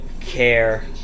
care